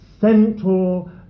central